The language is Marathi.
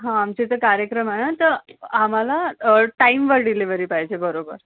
हा आमच्या इथे कार्यक्रम आहे ना तर आम्हाला टाईमवर डिलिवरी पाहिजे बरोबर